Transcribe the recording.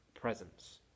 presence